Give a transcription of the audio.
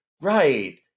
Right